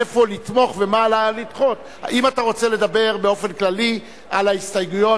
איפה לתמוך ומה לדחות אם אתה רוצה לדבר באופן כללי על ההסתייגויות,